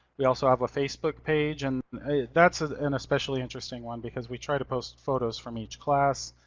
we also have a facebook page and that's an especially interesting one, because we try to post photos from each class,